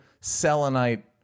selenite